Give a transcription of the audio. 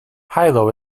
hilo